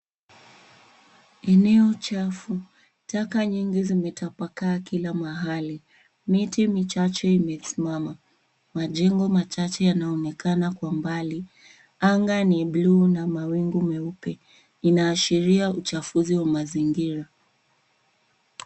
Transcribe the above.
Eneo chafu. Taka nyingi zimetapakaa kila mahali. Miti michache imesimama. Majengo machache yanaonekana kwa mbali. Anga ni bluu na mawingu meupe. Inaashiria uchafuzi wa mazingira.